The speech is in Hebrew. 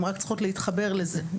הן רק צריכות להתחבר לזה, ליצור את הקשר.